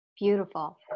Beautiful